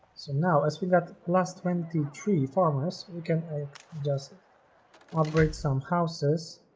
so now as we got plus twenty three farmers we can just operate some houses